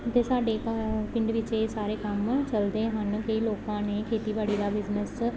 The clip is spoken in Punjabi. ਤੇ ਸਾਡੇ ਘ ਪਿੰਡ ਵਿੱਚ ਇਹ ਸਾਰੇ ਕੰਮ ਚੱਲਦੇ ਹਨ ਕਈ ਲੋਕਾਂ ਨੇ ਖੇਤੀਬਾੜੀ ਦਾ ਬਿਜ਼ਨੈਸ